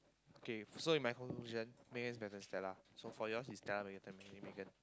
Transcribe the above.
okay so in my conclusion Megan is better than Stella so for yours is Stella better than Megan